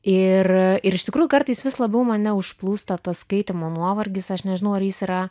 ir ir iš tikrųjų kartais vis labiau mane užplūsta tas skaitymo nuovargis aš nežinau ar jis yra